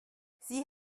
sie